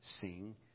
sing